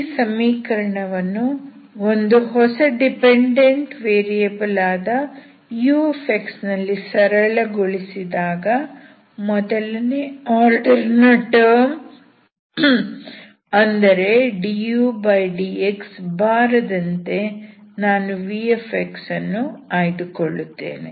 ಈ ಸಮೀಕರಣವನ್ನು ಒಂದು ಹೊಸ ಡಿಪೆಂಡೆಂಟ್ ವೇರಿಯಬಲ್ ಆದ ux ನಲ್ಲಿ ಸರಳಗೊಳಿಸಿದಾಗ ಮೊದಲನೇ ಆರ್ಡರ್ ನ ಟರ್ಮ್ ಅಂದರೆ dudx ಬಾರದಂತೆ ನಾನು v ಅನ್ನು ಆಯ್ದುಕೊಳ್ಳುತ್ತೇನೆ